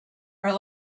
are